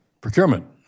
procurement